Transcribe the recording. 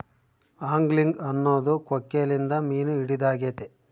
angling ಅನ್ನೊದು ಕೊಕ್ಕೆಲಿಂದ ಮೀನು ಹಿಡಿದಾಗೆತೆ